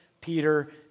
Peter